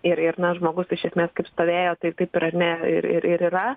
ir ir na žmogus iš esmės kaip stovėjo taip kaip ir ar ne ir ir ir yra